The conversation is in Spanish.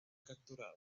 capturado